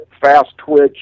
fast-twitch